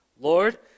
Lord